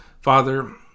Father